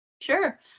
Sure